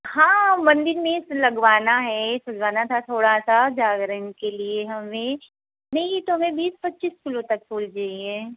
हाँ मंदिर में लगवाना है सजवाना था थोड़ा सा जागरण के लिए हमें नहीं तो हमें बीस पच्चीस किलो तक फूल चाहिए